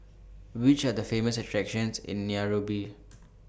Which Are The Famous attractions in Nairobi